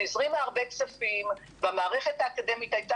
שהזרימה הרבה כספים והמערכת האקדמית הייתה